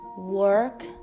work